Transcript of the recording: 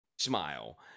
smile